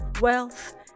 wealth